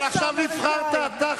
אבל נבחרת אתה,